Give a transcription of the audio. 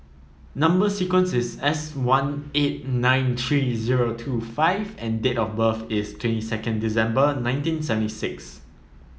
number sequence is S one eight nine three zero two five and date of birth is twenty second December nineteen seventy six